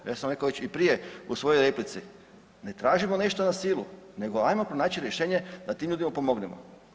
Ja sam rekao već i prije u svojoj replici, ne tražimo nešto nasilu, nego ajmo pronaći rješenje da tim ljudima pomognemo.